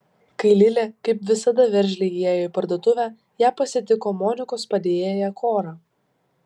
kai lilė kaip visada veržliai įėjo į parduotuvę ją pasitiko monikos padėjėja kora